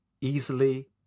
easily